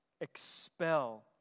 expel